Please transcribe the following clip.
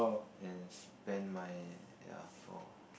and spend my ya for